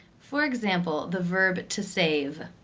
for example, the verb to save.